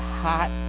hot